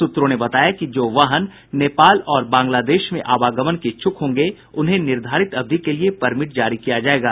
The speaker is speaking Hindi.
सूत्रों ने बताया कि जो वाहन नेपाल और बांग्लादेश में आवागमन के इच्छ्क होंगे उन्हें निर्धारित अवधि के लिए परमिट जारी किया जायेगा